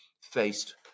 faced